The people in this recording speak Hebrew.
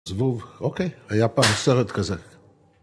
זבוב, אוקיי, היה פעם סרט כזה.